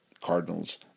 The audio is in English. Cardinals